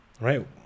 right